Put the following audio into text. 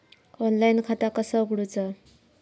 Online खाता कसा उगडूचा?